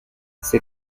ces